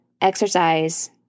exercise